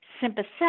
sympathetic